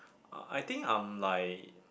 I think I'm like